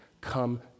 come